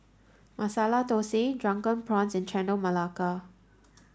Masala Thosai drunken prawns and Chendol Melaka